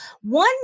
One